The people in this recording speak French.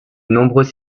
nombreux